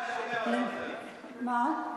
מה?